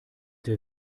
der